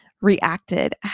reacted